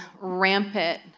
rampant